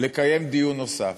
לקיים דיון נוסף.